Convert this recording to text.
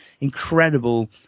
Incredible